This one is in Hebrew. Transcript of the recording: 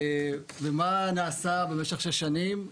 מה נעשה במשך שש שנים?